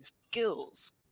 skills